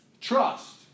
trust